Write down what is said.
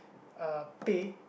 uh pay